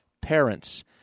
parents